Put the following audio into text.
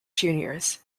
juniors